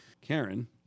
Karen